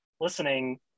listening